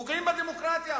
פוגעים בדמוקרטיה.